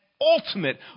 ultimate